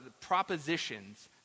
propositions